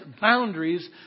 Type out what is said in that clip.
boundaries